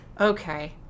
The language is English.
Okay